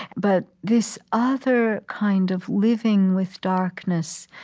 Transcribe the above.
but this other kind of living with darkness,